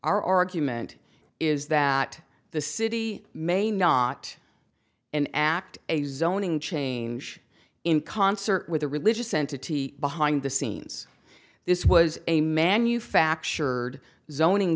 our argument is that the city may not an act examining change in concert with the religious entity behind the scenes this was a manufactured zoning